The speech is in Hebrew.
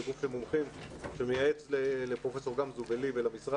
זה גוף של מומחים שמייעץ לפרופ' גמזו ולי ולמשרד.